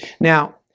Now